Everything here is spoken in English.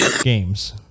games